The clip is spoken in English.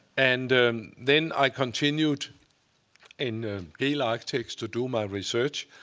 and then i continued in gehl architects to do my research.